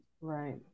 right